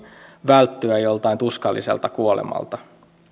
välttyä joltain tuskalliselta kuolemalta